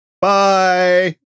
Bye